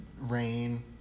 rain